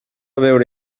veure